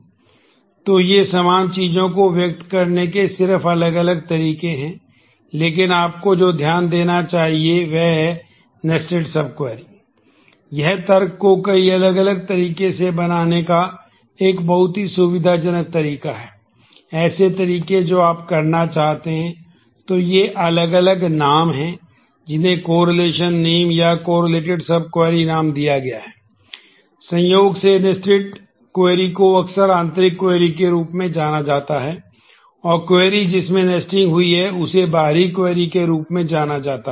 तो ये समान चीजों को व्यक्त करने के सिर्फ अलग तरीके हैं लेकिन आपको जो ध्यान देना चाहिए वह है नेस्टेड सब क्वेरी के रूप में जाना जाता है